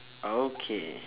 okay